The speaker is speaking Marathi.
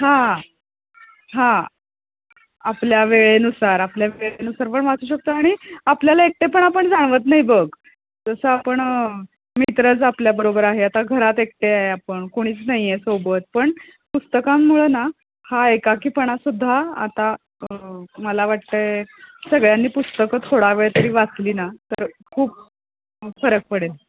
हां हां आपल्या वेळेनुसार आपल्या वेळेनुसार पण वाचू शकतो आणि आपल्याला एकटेपणा पण जाणवत नाही बघ जसं आपण मित्रच आपल्याबरोबर आहे आता घरात एकटे आहे आपण कोणीच नाही आहे सोबत पण पुस्तकांमुळे ना हा एकाकीपणा सुद्धा आता मला वाटत आहे सगळ्यांनी पुस्तकं थोडा वेळ तरी वाचली ना तर खूप फरक पडेल